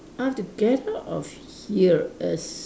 I have to get out of here as